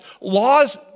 laws